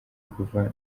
kuva